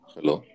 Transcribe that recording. Hello